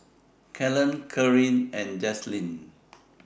Kellen Karie and Jazlynn